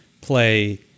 play